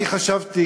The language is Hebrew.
אני חשבתי,